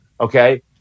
Okay